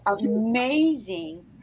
amazing